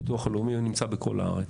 היום הביטוח הלאומי נמצא בכל הארץ.